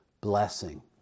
blessing